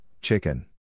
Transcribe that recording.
chicken